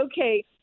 okay